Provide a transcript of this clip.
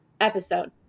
episode